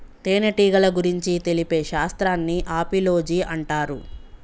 తేనెటీగల గురించి తెలిపే శాస్త్రాన్ని ఆపిలోజి అంటారు